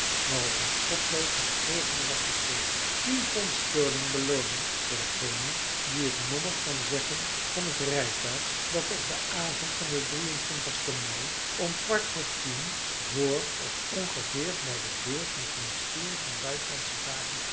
waarop met potlood het volgende was geschreven tien pond sterling belooning voor dengene die het nommer kan zeggen van het rijtuig dat op den avond van den sten mei om kwart voor tien vr of ongeveer bij de deur van het ministerie van buitenlandsche zaken